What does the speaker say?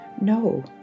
No